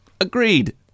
Agreed